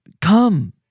Come